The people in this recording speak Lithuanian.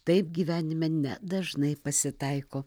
taip gyvenime nedažnai pasitaiko